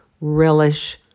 relish